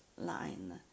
line